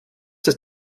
das